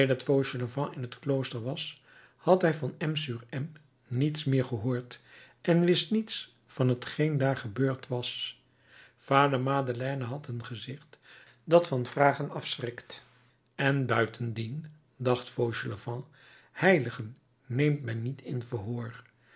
fauchelevent in het klooster was had hij van m sur m niets meer gehoord en wist niets van t geen daar gebeurd was vader madeleine had een gezicht dat van vragen afschrikt en buitendien dacht fauchelevent heiligen neemt men niet in verhoor